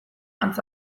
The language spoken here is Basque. antz